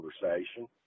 conversation